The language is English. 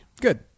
Good